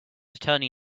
attorney